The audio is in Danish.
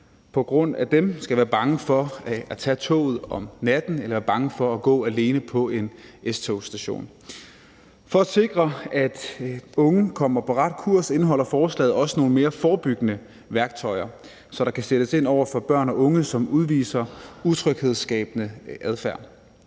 på grund af dem skal være bange for at tage toget om natten eller være bange for at gå alene på en S-togsstation. For at sikre, at unge kommer på rette kurs, indeholder forslaget også nogle mere forebyggende værktøjer, så der kan sættes ind over for børn og unge, som udviser utryghedsskabende adfærd.